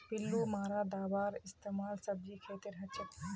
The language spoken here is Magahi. पिल्लू मारा दाबार इस्तेमाल सब्जीर खेतत हछेक